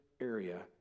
area